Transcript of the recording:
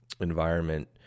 environment